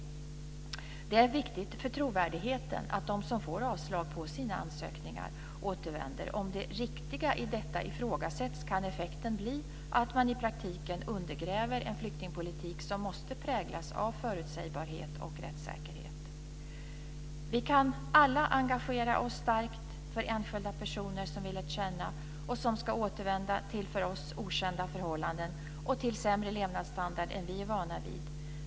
Det är viktigt för trovärdigheten att de som får avslag på sina ansökningar återvänder. Om det riktiga i detta ifrågasätts kan effekten bli att man i praktiken undergräver en flyktingpolitik som måste präglas av förutsägbarhet och rättssäkerhet. Vi kan alla engagera oss starkt för enskilda personer som vi lärt känna och som ska återvända till för oss okända förhållanden och till sämre levnadsstandard än vi är vana vid.